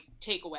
takeaway